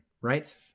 right